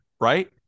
right